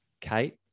Kate